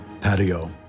patio